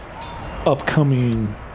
upcoming